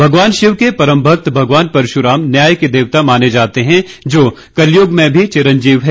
भगवान शिव के परम भगत भगवान परशुराम न्याय के देवता माने जाते हैं जो कलयुग में भी चिरंजीव हैं